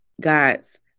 God's